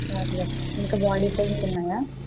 okay ఇంకా body pains ఉన్నాయా